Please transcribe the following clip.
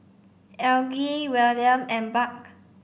Algie Wiliam and Buck